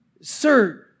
Sir